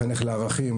לחנך לערכים,